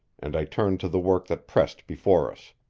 and i turned to the work that pressed before us.